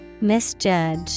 Misjudge